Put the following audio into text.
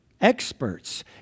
Experts